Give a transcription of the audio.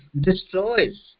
destroys